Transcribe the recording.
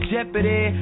Jeopardy